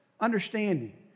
understanding